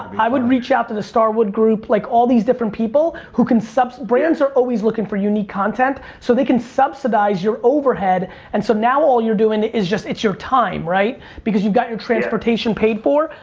i would reach out to the starwood group. like all these different people who can sub. brands are always looking for unique content so they can subsidize your overhead and so now all you're doing, is just it's your time, right? because you've got your transportation paid for.